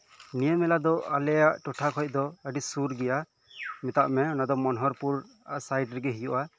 ᱱᱤᱭᱟᱹ ᱢᱮᱞᱟ ᱫᱚ ᱟᱞᱮᱭᱟᱜ ᱴᱚᱴᱷᱟ ᱠᱷᱚᱡ ᱫᱚ ᱟᱹᱰᱤ ᱥᱩᱨ ᱜᱮᱭᱟ ᱢᱮᱛᱟᱜ ᱢᱮ ᱚᱱᱟ ᱫᱚ ᱢᱚᱱᱳᱦᱚᱨᱯᱩᱨ ᱥᱟᱭᱤᱰ ᱨᱮᱜᱮ ᱦᱩᱭᱩᱜᱼᱟ